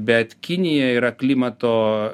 bet kinija yra klimato